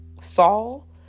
Saul